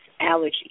allergies